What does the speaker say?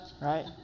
right